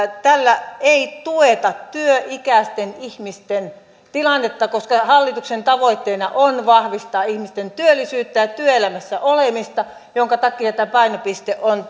tällä ei tueta työikäisten ihmisten tilannetta koska hallituksen tavoitteena on vahvistaa ihmisten työllisyyttä ja työelämässä olemista minkä takia tämä painopiste on